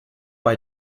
bei